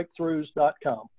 breakthroughs.com